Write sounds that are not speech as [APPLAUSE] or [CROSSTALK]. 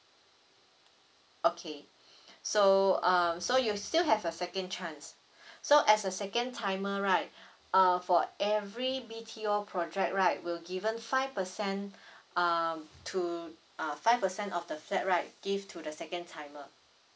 okay [BREATH] so um so you still have a second chance [BREATH] so as a second timer right [BREATH] ah for every B_T_O project right will given five percent [BREATH] um to ah five percent of the flat right give to the second timer